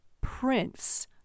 Prince